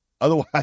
Otherwise